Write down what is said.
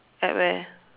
at where